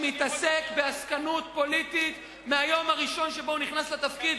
שמתעסק בעסקנות פוליטית מהיום הראשון שבו נכנס לתפקיד.